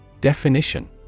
Definition